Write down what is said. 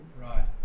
Right